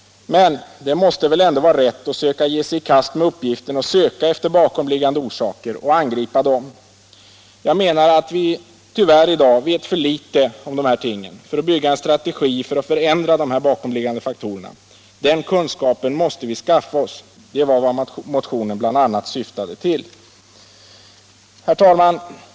Men det måste väl ändå också vara rätt att ge sig i kast med uppgiften att söka efter bakomliggande orsaker och angripa dessa. Jag menar att vi tyvärr i dag vet för litet om dessa ting för att bygga en strategi för att förändra dessa bakomliggande faktorer. Denna kunskap måste vi skaffa oss, och det var vad motionen bl.a. syftade till. Herr talman!